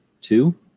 two